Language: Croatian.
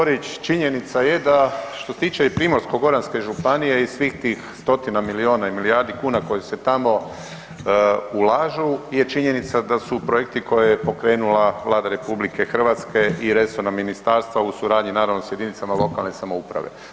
Uvaženi kolega Borić činjenica je da što se tiče i Primorsko-goranske županije i svih tih stotina miliona i milijardi kuna koje se tamo ulažu je činjenica da su projekti koje je pokrenula Vlada RH i resorna ministarstva u suradnji naravno s jedinicama lokalne samouprave.